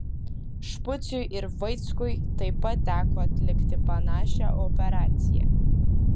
špuciui ir vaickui taip pat teko atlikti panašią operaciją